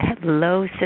Hello